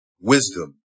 wisdom